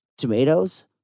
tomatoes